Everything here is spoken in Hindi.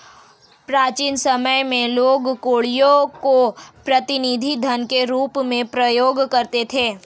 प्राचीन समय में लोग कौड़ियों को प्रतिनिधि धन के रूप में प्रयोग करते थे